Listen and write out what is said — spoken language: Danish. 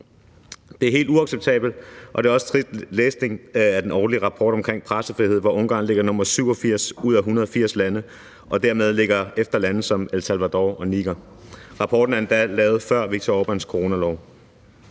Det er helt uacceptabelt. Og det er også trist læsning at læse den årlige rapport omkring pressefrihed, hvor Ungarn ligger som nr. 87 ud af 180 lande og dermed ligger efter lande som El Salvador og Niger. Rapporten er endda lavet før Viktor Orbáns coronalov.